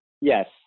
yes